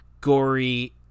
gory